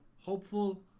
Hopeful